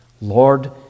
Lord